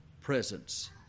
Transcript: presence